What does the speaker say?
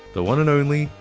the one and only.